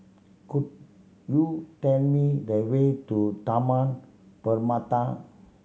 could you tell me the way to Taman Permata